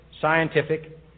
scientific